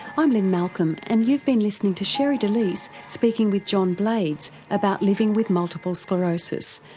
i'm lynne malcolm and you've been listening to sherre delys speaking with john blades about living with multiple sclerosis,